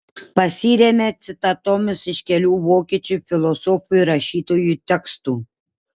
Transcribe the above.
pasiremia citatomis iš kelių vokiečių filosofų ir rašytojų tekstų